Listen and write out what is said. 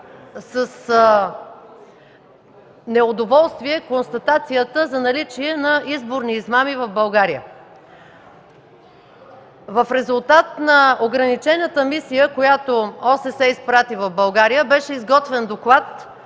с неудоволствие констатацията за наличие на изборни измами в България. В резултат на ограничената мисия, която ОССЕ изпрати в България, беше изготвен доклад,